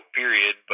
period